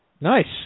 Nice